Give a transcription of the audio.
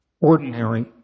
ordinary